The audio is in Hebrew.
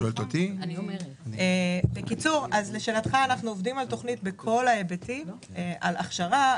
אנחנו עובדים על תכנית בכל ההיבטים הכשרה,